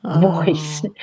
voice